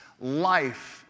life